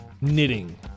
knitting